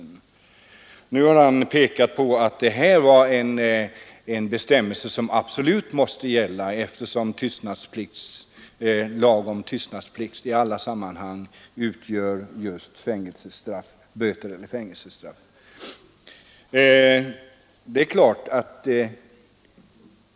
Herr Eriksson har pekat på att det här var en bestämmelse som absolut måste gälla, eftersom lagen om tystnadsplikt i alla sammanhang föreskriver böter eller fängelsestraff.